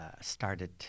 started